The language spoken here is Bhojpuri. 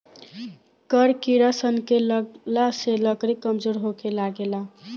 कड़ किड़ा सन के लगला से लकड़ी कमजोर होखे लागेला